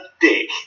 dick